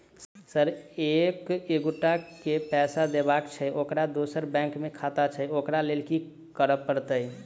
Sir एक एगोटा केँ पैसा देबाक छैय ओकर दोसर बैंक मे खाता छैय ओकरा लैल की करपरतैय?